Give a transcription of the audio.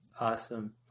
Awesome